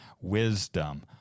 wisdom